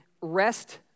rest